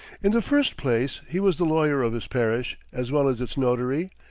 in the first place, he was the lawyer of his parish, as well as its notary,